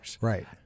Right